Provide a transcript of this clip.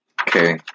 Okay